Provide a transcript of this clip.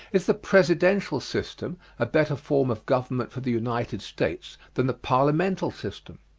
is the presidential system a better form of government for the united states than the parliamental system?